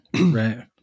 Right